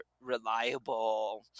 reliable